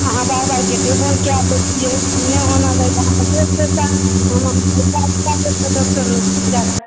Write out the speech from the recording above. अहाँ बार बार गेटे बन्द कय दै छियै नहि हम अहाँके देब पैसा इलाज कऽ लेब डॉक्टर लग जाके